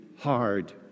hard